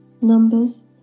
Numbers